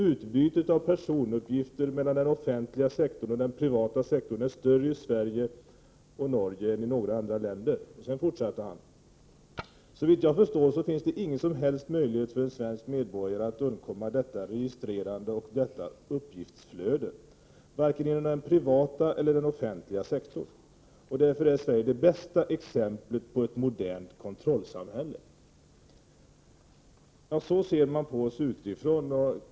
Utbytet av personuppgifter mellan den offentliga sektorn och den privata sektorn är större i Sverige och Norge än i några andra länder.” Vidare fortsätter han: ”Såvitt jag förstår finns det ingen som helst möjlighet för en svensk medborgare att undkomma detta registrerånde och detta uppgiftsflöde. Varken inom den privata eller den offentliga sektorn. Och därför är Sverige det bästa exemplet på ett modernt kontrollsamhälle.” Så ser man på oss utifrån.